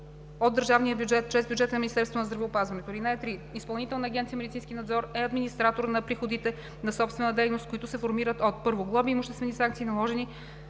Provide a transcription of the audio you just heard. от държавния бюджет чрез бюджета на Министерството на здравеопазването. (3) Изпълнителна агенция „Медицински надзор“ е администратор на приходите от собствена дейност, които се формират от: 1. глоби и имуществени санкции, наложени